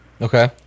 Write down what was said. Okay